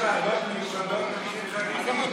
יש ועדות מיוחדות למקרים חריגים.